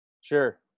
Sure